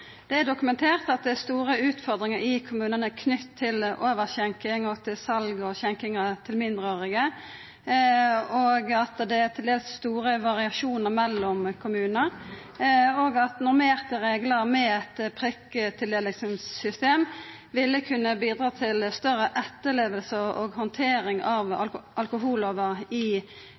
Det er dokumentert at det er store utfordringar i kommunane knytte til overskjenking og sal til og skjenking av mindreårige, at det er til dels store variasjonar mellom kommunar, og at normerte reglar med eit prikktildelingssystem ville kunna bidra til større etterleving og handtering av alkohollova i